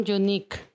unique